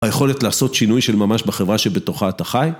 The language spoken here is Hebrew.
היכולת לעשות שינוי של ממש בחברה שבתוכה אתה חי